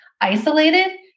isolated